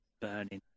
burning